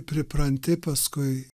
pripranti paskui